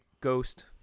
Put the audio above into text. ghost